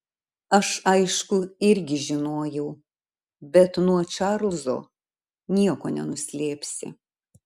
aš aišku irgi žinojau bet nuo čarlzo nieko nenuslėpsi